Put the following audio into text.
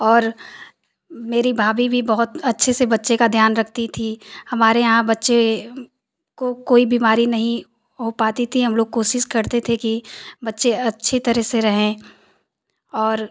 और मेरी भाभी भी बहुत अच्छे से बच्चे का ध्यान रखती थी हमारे यहाँ बच्चे को कोई बीमारी नहीं हो पाती थी हम लोग कोशिश करते थे कि बच्चे अच्छी तरह से रहें और